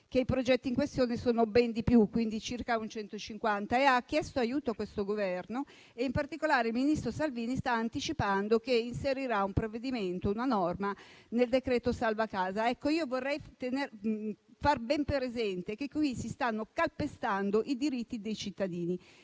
che i progetti in questione sono molti di più, circa 150, chiedendo aiuto a questo Governo. In particolare il ministro Salvini sta anticipando che inserirà una norma nel decreto salva casa. Vorrei far presente che qui si stanno calpestando i diritti dei cittadini,